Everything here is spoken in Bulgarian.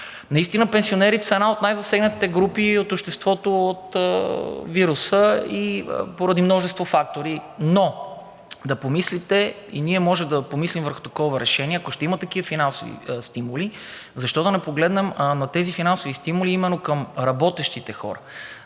Наистина пенсионерите са една от най-засегнатите групи от обществото от вируса и поради множество фактори, но да помислите, и ние може да помислим върху такова решение. Ако ще има такива финансови стимули, защо да не погледнем на тези финансови стимули именно към работещите хора?